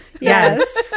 Yes